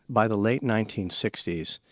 by the late nineteen sixty s,